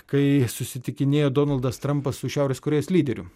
kai susitikinėjo donaldas trampas su šiaurės korėjos lyderiu